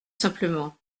simplement